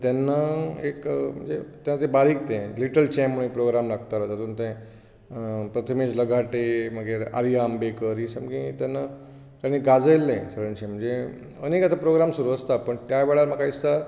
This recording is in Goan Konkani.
तेन्ना एक ते बारीक ते लिटल चेंप म्हणून प्रोग्राम लागतालो तातूंत ते प्रथमेश लगाटे मागीर आर्या आंबेकर ही सामकीं तेन्ना तांणी गाजयल्लें म्हणजे अनेक आतां प्रोग्राम सुरू आसता पूण त्या वेळार म्हाका दिसता